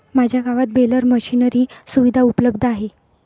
माझ्या गावात baler machinery सुविधा उपलब्ध आहे